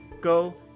go